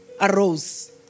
arose